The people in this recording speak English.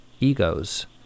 egos